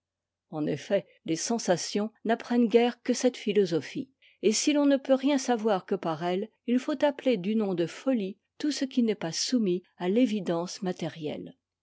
en effet les sensations n'apprennent guère que cette philosophie et si l'on ne peut rien savoir que par elles il faut appeler du nom de folie tout ce qui n'est pas soumis à t'évidence matériette